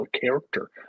character